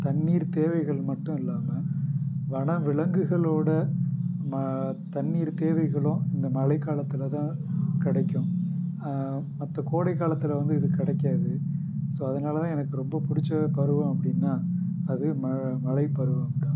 தண்ணீர் தேவைகள் மட்டும் இல்லாமல் வன விலங்குகளோடு ம தண்ணீர் தேவைகளும் இந்த மழை காலத்தில் தான் கிடைக்கும் மற்ற கோடைக் காலத்தில் வந்து இது கிடைக்காது ஸோ அதனால் தான் எனக்கு ரொம்ப பிடிச்ச பருவம் அப்படின்னா அது மழை மழை பருவம் தான்